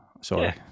sorry